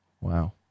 wow